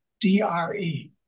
DRE